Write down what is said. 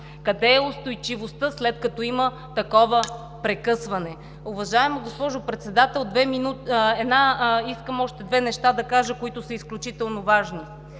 Къде е устойчивостта, след като има такова прекъсване? Уважаема госпожо Председател, искам още две неща да кажа, които са изключително важни.